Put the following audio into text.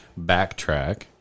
backtrack